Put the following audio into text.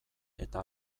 eta